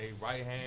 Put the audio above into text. right-hand